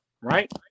right